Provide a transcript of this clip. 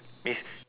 means